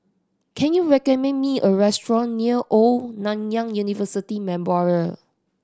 can you recommend me a restaurant near Old Nanyang University Memorial